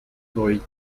bruit